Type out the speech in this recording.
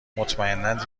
مطمئنا